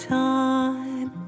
time